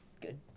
good